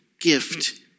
gift